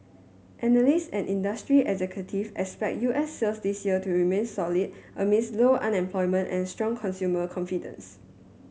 analysts and industry executive expect U S sales this year to remain solid amid low unemployment and strong consumer confidence